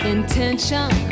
Intention